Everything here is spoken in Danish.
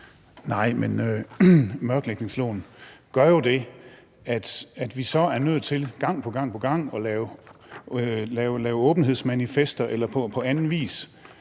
Nej, men mørklægningsloven gør jo, at vi så er nødt til gang på gang at lave åbenhedsmanifester eller på anden vis